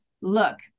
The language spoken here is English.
look